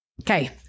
Okay